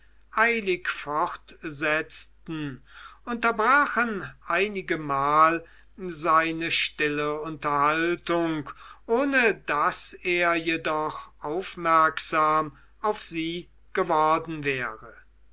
eilig fortsetzten unterbrachen einigemal seine stille unterhaltung ohne daß er jedoch aufmerksam auf sie geworden wäre